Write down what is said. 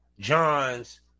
Johns